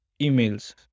emails